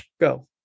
go